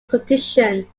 conditions